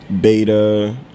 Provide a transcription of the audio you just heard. beta